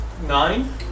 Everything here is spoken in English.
nine